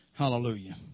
Hallelujah